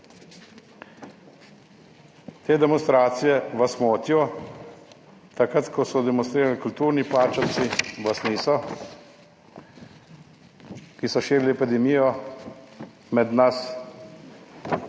te demonstracije vas motijo. Takrat, ko so demonstrirali kulturni plačanci, vas niso, ki so širili epidemijo med nas.